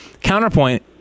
CounterPoint